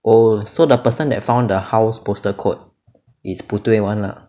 oh so the person that found the house postal code is 不对 [one] lah